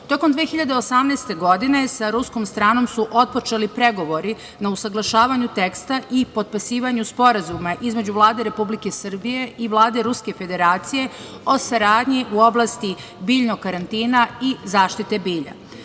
2018. godine sa ruskom stranom su otpočeli pregovori na usaglašavanju teksta i potpisivanju Sporazuma između Vlade Republike Srbije i Vlade Ruske Federacije o saradnji u oblasti biljnog karantina i zaštite